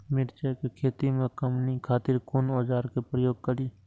मिरचाई के खेती में कमनी खातिर कुन औजार के प्रयोग करी?